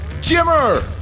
Jimmer